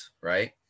right